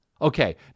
Okay